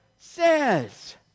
Says